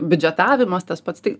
biudžetavimas tas pats tai